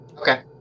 Okay